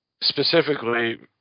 specifically